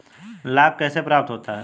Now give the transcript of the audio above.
लाख कैसे प्राप्त होता है?